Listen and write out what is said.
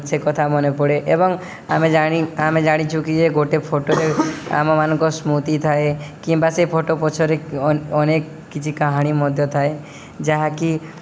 ସେ କଥା ମନେ ପଡ଼େ ଏବଂ ଆମେ ଜାଣି ଆମେ ଜାଣିଛୁ କି ଯେ ଗୋଟେ ଫଟୋରେ ଆମମାନଙ୍କ ସ୍ମୃତି ଥାଏ କିମ୍ବା ସେ ଫଟୋ ପଛରେ ଅନେକ କିଛି କାହାଣୀ ମଧ୍ୟ ଥାଏ ଯାହାକି